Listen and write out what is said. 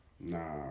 Nah